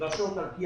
שנדרשות על פי